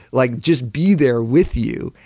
like just be there with you.